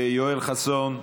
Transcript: יואל חסון,